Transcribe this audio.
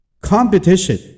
competition